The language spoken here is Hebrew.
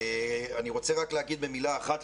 אני רוצה רק להגיד במילה אחת,